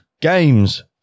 games